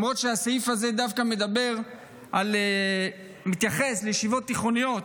למרות שהסעיף הזה דווקא מתייחס לישיבות תיכוניות,